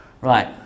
Right